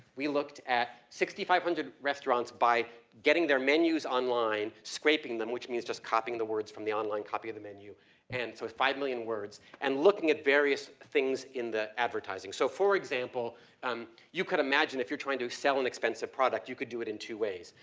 we looked at six thousand five hundred restaurants by getting their menus online, scraping them, which means just copying the words from the online copy of the menu and so, five million words, and looking at various things in the advertising. so for example um you could imagine if you're trying to sell an expensive product, you could do it in two ways.